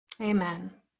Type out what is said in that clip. Amen